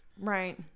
Right